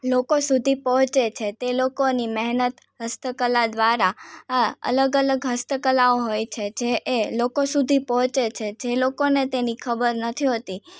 લોકો સુધી પહોંચે છે તે લોકોની મહેનત હસ્તકલા દ્વારા આ અલગ અલગ હસ્તકલાઓ હોય છે જે એ લોકો સુધી પહોંચે છે જે લોકોને ખબર નથી હોતી